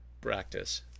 practice